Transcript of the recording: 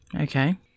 Okay